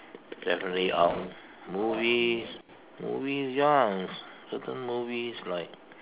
definitely out movies movies ya certain movies like